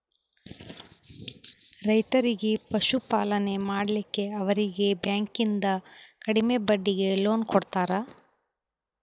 ರೈತರಿಗಿ ಪಶುಪಾಲನೆ ಮಾಡ್ಲಿಕ್ಕಿ ಅವರೀಗಿ ಬ್ಯಾಂಕಿಂದ ಕಡಿಮೆ ಬಡ್ಡೀಗಿ ಲೋನ್ ಕೊಡ್ತಾರ